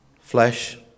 Flesh